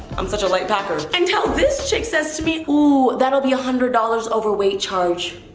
i'm such a light packer until this chick says to me, ooh, that'll be a hundred dollars overweight charge.